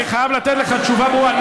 אני חייב לתת לך תשובה ברורה.